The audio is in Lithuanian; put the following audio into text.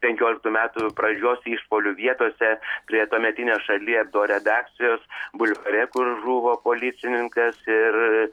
penkioliktų metų pradžios išpuolių vietose prie tuometinės šali abdo redakcijos bulvare kur žuvo policininkas ir